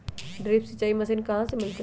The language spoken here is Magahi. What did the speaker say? ड्रिप सिंचाई मशीन कहाँ से मिलतै?